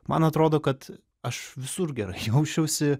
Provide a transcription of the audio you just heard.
man atrodo kad aš visur gerai jausčiausi